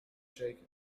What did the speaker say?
shaken